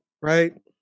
right